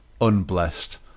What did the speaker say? unblessed